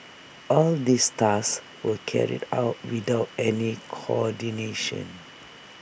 all these tasks were carried out without any coordination